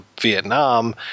Vietnam